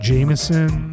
Jameson